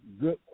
good